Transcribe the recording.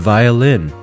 Violin